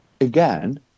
again